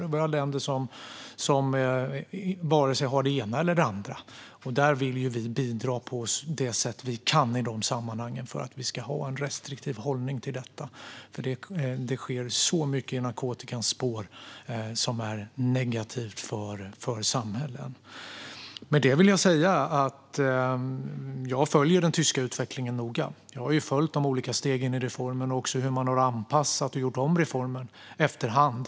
Det finns också länder som har varken det ena eller det andra. I dessa sammanhang vill vi bidra på de sätt vi kan för att vi ska ha en restriktiv hållning till detta eftersom det sker så mycket i narkotikans spår som är negativt för samhällen. Med detta vill jag säga att jag följer den tyska utvecklingen noga. Jag har följt de olika stegen i reformen och också hur man har anpassat och gjort om reformen efter hand.